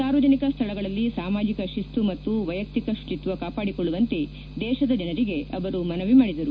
ಸಾರ್ವಜನಿಕ ಸ್ಥಳಗಳಲ್ಲಿ ಸಾಮಾಜಿಕ ಶಿಸ್ತು ಮತ್ತು ವೈಯುಕ್ತಿಕ ಶುಚಿತ್ವ ಕಾಪಾಡಿಕೊಳ್ಳುವಂತೆ ದೇಶದ ಜನರಿಗೆ ಅವರು ಮನವಿ ಮಾಡಿದರು